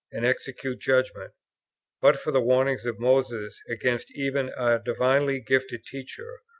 and execute judgment but for the warning of moses against even a divinely-gifted teacher,